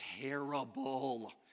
terrible